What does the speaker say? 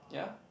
yeah